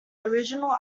original